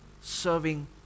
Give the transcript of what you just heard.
serving